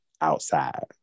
outside